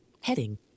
heading